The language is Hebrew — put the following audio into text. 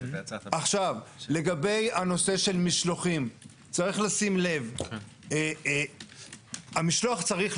זה לא יותר ידידותי משקית נייר או שקית פלסטיק לדעתי.